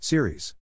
Series